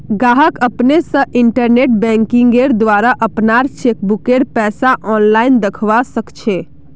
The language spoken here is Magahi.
गाहक अपने स इंटरनेट बैंकिंगेंर द्वारा अपनार चेकबुकेर पैसा आनलाईन दखवा सखछे